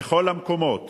מכל המקומות